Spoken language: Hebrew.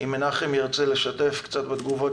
אולי מנחם אנסבכר ירצה לשתף קצת בתגובות